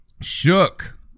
shook